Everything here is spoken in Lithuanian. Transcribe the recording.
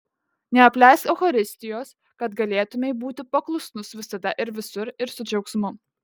neapleisk eucharistijos kad galėtumei būti paklusnus visada ir visur ir su džiaugsmu